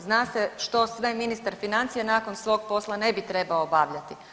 Zna se što sve ministar financija nakon svog posla ne bi trebao obavljati.